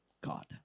God